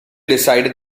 decided